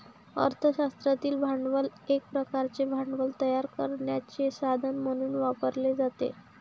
अर्थ शास्त्रातील भांडवल एक प्रकारचे भांडवल तयार करण्याचे साधन म्हणून वापरले जाते